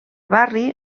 barri